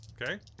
Okay